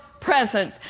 presence